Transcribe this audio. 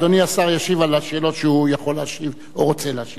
אדוני השר ישיב על השאלות שהוא יכול להשיב או רוצה להשיב עליהן.